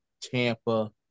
Tampa